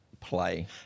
play